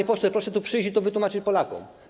Panie pośle, proszę tu przyjść i to wytłumaczyć Polakom.